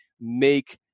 make